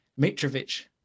Mitrovic